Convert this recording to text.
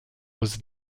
was